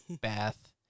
bath